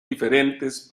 diferentes